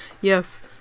yes